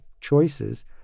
choices